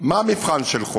מה המבחן של חוק?